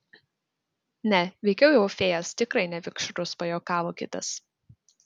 ne veikiau jau fėjas tikrai ne vikšrus pajuokavo kitas